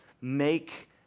make